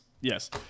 Yes